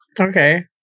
Okay